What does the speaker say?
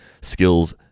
skills